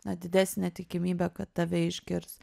na didesnė tikimybė kad tave išgirs